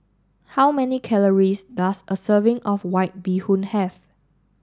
how many calories does a serving of White Bee Hoon have